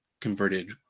converted